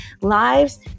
lives